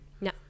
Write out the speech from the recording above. No